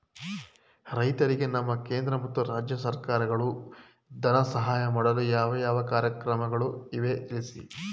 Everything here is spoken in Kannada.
ರೈತರಿಗೆ ನಮ್ಮ ಕೇಂದ್ರ ಮತ್ತು ರಾಜ್ಯ ಸರ್ಕಾರಗಳು ಧನ ಸಹಾಯ ಮಾಡಲು ಯಾವ ಯಾವ ಕಾರ್ಯಕ್ರಮಗಳು ಇವೆ ತಿಳಿಸಿ?